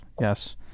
yes